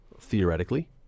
theoretically